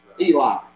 Eli